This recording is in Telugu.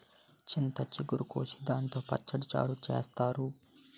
చింత చిగురు కోసి దాంతో పచ్చడి, చారు చేత్తారు